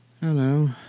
Hello